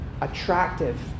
attractive